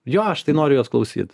jo aš tai noriu jos klausyt